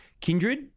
Kindred